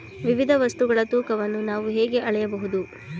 ವಿವಿಧ ವಸ್ತುಗಳ ತೂಕವನ್ನು ನಾವು ಹೇಗೆ ಅಳೆಯಬಹುದು?